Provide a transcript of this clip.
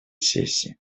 сессии